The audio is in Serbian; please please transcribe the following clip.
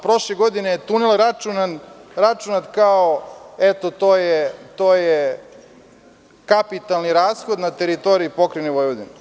Prošle godine je tunel računat kao – eto, to je kapitalni rashod na teritoriji Pokrajine Vojvodine.